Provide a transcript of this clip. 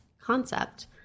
concept